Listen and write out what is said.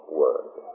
word